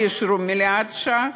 ואישרו מיליארד ש"ח,